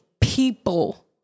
people